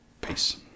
Peace